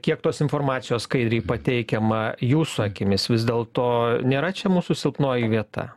kiek tos informacijos skaidriai pateikiama jūsų akimis vis dėl to nėra čia mūsų silpnoji vieta